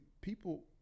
people